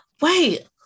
Wait